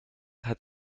hat